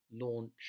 launch